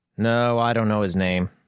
no. i don't know his name.